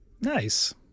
nice